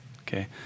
okay